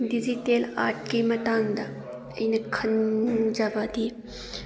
digital ꯑꯥꯔꯠꯀꯤ ꯃꯇꯥꯡꯗ ꯑꯩꯅ ꯈꯪꯖꯕꯗꯤ